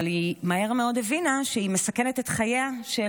אבל מהר מאוד היא הבינה שהיא מסכנת את חייה של